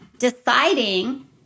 deciding